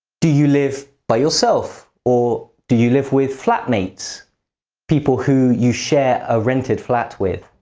do you live by yourself or do you live with flatmates people who you share a rented flat with?